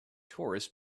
tourists